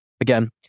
again